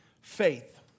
faith